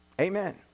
Amen